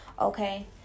Okay